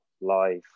life